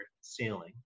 ceiling